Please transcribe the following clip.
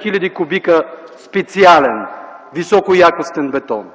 хиляди кубика специален високоякостен бетон,